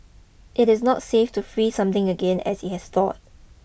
it is not safe to freeze something again as it has thawed